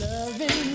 Loving